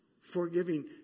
Forgiving